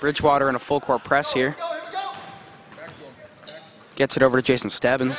bridgwater in a full court press here gets it over jason stabbing